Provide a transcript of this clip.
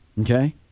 Okay